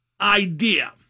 idea